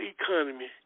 economy